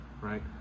right